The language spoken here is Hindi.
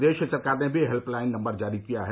प्रदेश सरकार ने भी हेल्पलाइन नम्बर जारी किया है